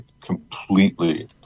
completely